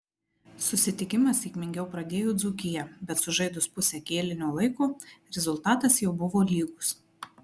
susitikimą sėkmingiau pradėjo dzūkija bet sužaidus pusę kėlinio laiko rezultatas jau buvo lygus